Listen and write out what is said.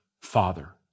father